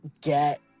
get